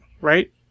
right